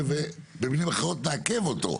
במילים אחרות נעכב אותו.